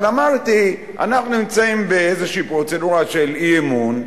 אבל אמרתי שאנחנו נמצאים באיזו פרוצדורה של אי-אמון,